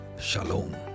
Shalom